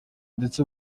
ndetse